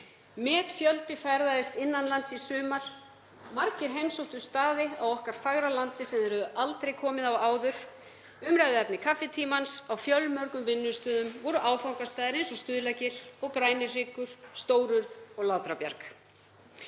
Metfjöldi ferðaðist innan lands í sumar og margir heimsóttu staði á okkar fagra landi sem þeir höfðu aldrei komið á áður — umræðuefni kaffitímans á fjölmörgum vinnustöðum voru áfangastaðir eins og Stuðlagil og Grænihryggur, Stórurð og Látrabjarg.